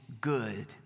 good